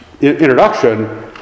introduction